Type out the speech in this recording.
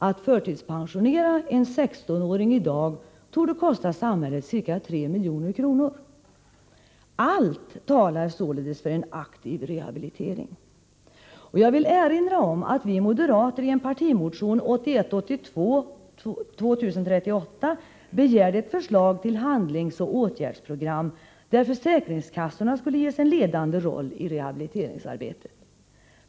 Att förtidspensionera en 16-åring i dag torde kosta samhället ca 3 milj.kr. Allt talar således för en aktiv rehabilitering. Jag vill erinra om att vi moderater i en partimotion, 1981/82:2038, begärde ett förslag till handlingsoch åtgärdsprogram, där försäkringskassorna skulle ges en ledande roll i rehabiliteringsarbetet.